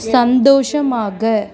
சந்தோஷமாக